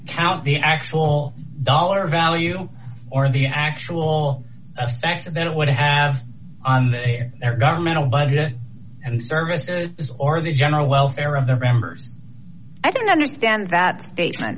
count the actual dollar value or the actual effect that it would have on their governmental budget and services or the general welfare of their members i don't understand that statement